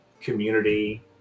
community